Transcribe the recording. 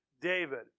David